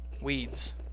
weeds